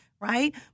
right